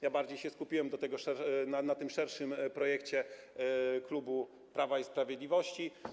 Ja bardziej się skupiłem na tym szerszym projekcie klubu Prawa i Sprawiedliwości.